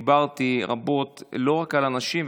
דיברתי רבות לא רק על אנשים,